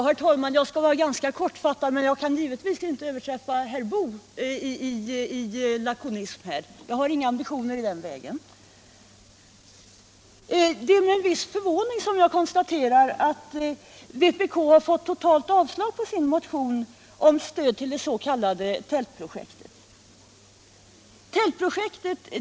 Herr talman! Jag skall fatta mig ganska kort, men jag kan givetvis inte överträffa herr Boo i lakonism. Jag har inga ambitioner i den vägen. Det är med en viss förvåning som jag konstaterar att vpk har fått totalt avslag på sin motion om stöd till det s.k. Tältprojektet.